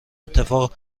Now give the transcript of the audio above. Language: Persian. اتفاق